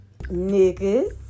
niggas